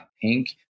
pink